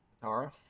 Tara